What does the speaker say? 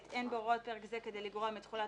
אין בהוראות פרק זה כדי לגרוע מתחולת